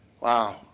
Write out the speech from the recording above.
wow